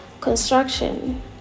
construction